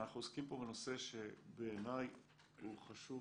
אנחנו עוסקים פה בנושא שבעיניי הוא חשוב